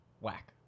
whack